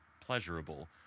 pleasurable